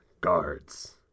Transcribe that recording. guards